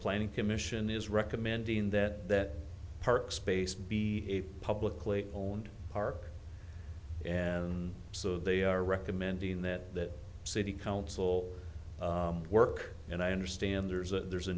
planning commission is recommending that that park space be a publicly owned park and so they are recommending that city council work and i understand there's a there's a